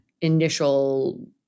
initial